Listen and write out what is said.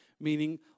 meaning